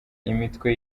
imitwe